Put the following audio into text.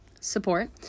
support